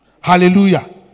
Hallelujah